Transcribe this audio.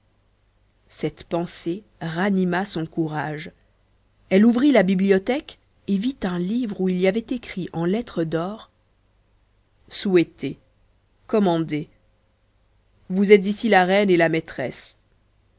cette pensée ranima son courage elle ouvrit la bibliothèque et vit un livre où il y avait écrit en lettres d'or souhaitez commandez vous êtes ici la reine et la maîtresse